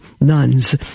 nuns